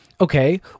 Okay